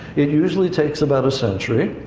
it usually takes about a century.